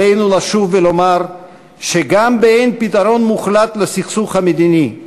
עלינו לשוב ולומר שגם באין פתרון מוחלט לסכסוך המדיני,